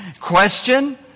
question